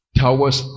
towers